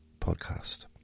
Podcast